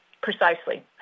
precisely